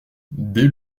dès